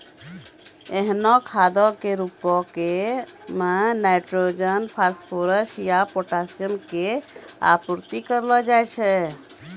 एहनो खादो के रुपो मे नाइट्रोजन, फास्फोरस या पोटाशियम के आपूर्ति करलो जाय छै